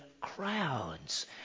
crowds